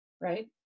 right